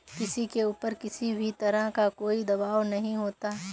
किसी के ऊपर किसी भी तरह का कोई दवाब नहीं होता है